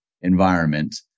environment